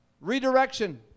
Redirection